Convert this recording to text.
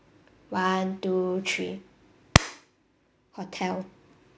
one two three hotel